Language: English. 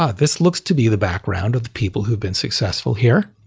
ah this looks to be the background of the people who've been successful here.